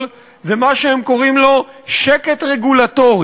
זה מה שהם קוראים לו "שקט רגולטורי".